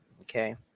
Okay